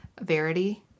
Verity